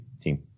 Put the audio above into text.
team